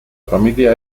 familia